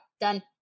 done